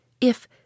if